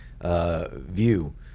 view